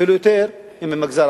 ובדרך של הסדר מוסכם על שני הצדדים,